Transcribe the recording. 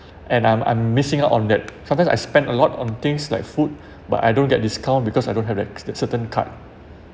and I'm I'm missing out on that sometimes I spend a lot on things like food but I don't get discount because I don't have that that certain card